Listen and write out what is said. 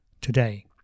today